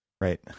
Right